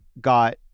got